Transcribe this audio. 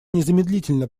незамедлительно